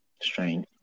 strange